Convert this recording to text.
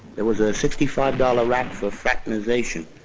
it was a sixty five dollars rap for fraternization.